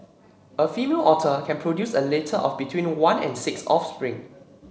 a female otter can produce a litter of between one and six offspring